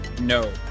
No